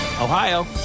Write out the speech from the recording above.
Ohio